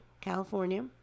California